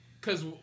cause